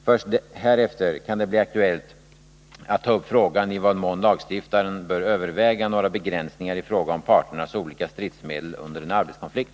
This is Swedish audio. Först härefter kan det bli aktuellt att ta upp frågan, i vad mån lagstiftaren bör överväga några begränsningar i fråga om parternas olika stridsmedel under en arbetskonflikt.